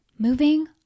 Moving